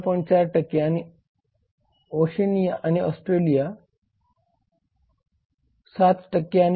4 आणि ओशिनिया आणि ऑस्ट्रेलिया 7 आणि युरोपाचा 21